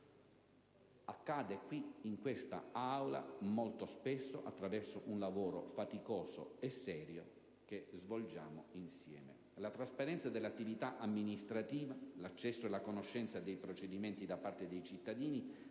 spesso in quest'Aula attraverso un lavoro faticoso e serio che svolgiamo insieme. La trasparenza dell'attività amministrativa, l'accesso e la conoscenza dei procedimenti da parte dei cittadini